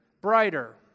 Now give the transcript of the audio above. brighter